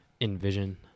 envision